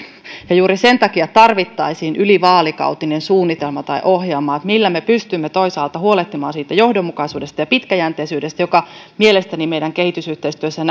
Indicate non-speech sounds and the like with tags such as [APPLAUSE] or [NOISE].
juuri sen takia tarvittaisiin yli vaalikautinen suunnitelma tai ohjelma siitä millä me pystymme toisaalta huolehtimaan siitä johdonmukaisuudesta ja pitkäjänteisyydestä joka mielestäni meidän kehitysyhteistyössä [UNINTELLIGIBLE]